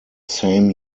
same